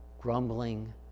grumbling